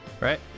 Right